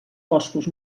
boscos